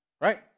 right